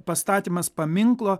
pastatymas paminklo